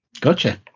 Gotcha